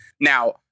Now